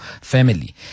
family